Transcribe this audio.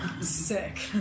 sick